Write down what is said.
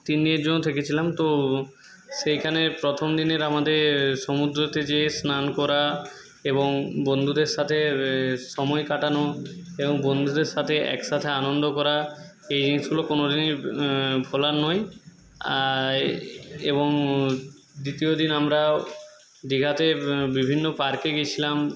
তিন দিনের জন্য থেকেছিলাম তো সেইখানে প্রথম দিনের আমাদের সমুদ্রতে যে স্নান করা এবং বন্ধুদের সাথে সময় কাটানো এবং বন্ধুদের সাথে একসাথে আনন্দ করা এই জিনিসগুলো কোনোদিনই ভোলার নয় আর এ এবং দ্বিতীয় দিন আমরাও দীঘাতে বিভিন্ন পার্কে গিয়েছিলাম